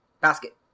Basket